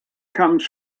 comes